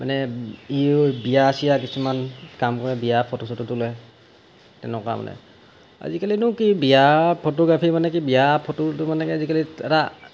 মানে সিয়ো বিয়া চিয়া কিছুমান কাম কৰে বিয়া ফটো চটো তোলে তেনেকুৱা মানে আজিকালি নো কি বিয়া ফটোগ্ৰাফী মানে কি বিয়া ফটোতো মানে আজিকালি এটা